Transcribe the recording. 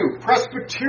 Presbyterian